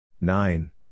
nine